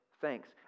thanks